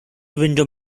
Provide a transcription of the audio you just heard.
window